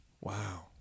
wow